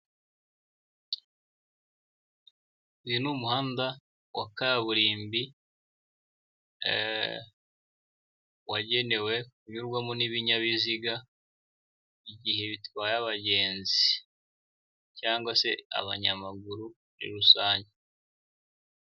Uyu ni umuhanda wa kaburimbo wagenewe kunyurwamo n'ibinyabiziga igihe bitwaye abagenzi cyangwa se abanyamaguru muri rusange.